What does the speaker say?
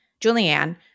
Julianne